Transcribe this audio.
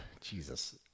Jesus